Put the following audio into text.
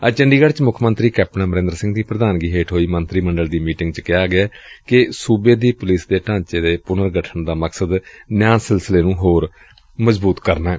ਅੱਜ ਚੰਡੀਗੜ ਚ ਮੁੱਖ ਮੰਤਰੀ ਕੈਪਟਨ ਅਮਰੰਦਰ ਸਿੰਘ ਦੀ ਪ੍ਰਧਾਨਗੀ ਹੇਠ ਹੋਈ ਮੰਤਰੀ ਮੰਡਲ ਦੀ ਮੀਟਿੰਗ ਚ ਕਿਹਾ ਗਿਆ ਕਿ ਸੂਬੇ ਦੀ ਪੁਲਿਸ ਦੇ ਢਾਂਚੇ ਦੇ ਪੁਨਰ ਗਠਨ ਦਾ ਮਕਸਦ ਨਿਆਂ ਸਿਲਸਿਲੇ ਨੂੰ ਹੋਰ ਅਸਰਦਾਰ ਬਣਾਉਣਾ ਏ